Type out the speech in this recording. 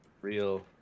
Real